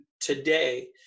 today